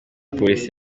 polisi